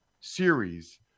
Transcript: series